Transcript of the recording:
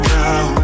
now